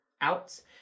out